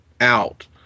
out